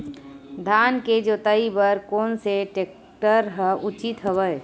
धान के जोताई बर कोन से टेक्टर ह उचित हवय?